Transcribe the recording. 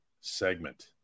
segment